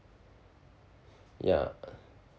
ya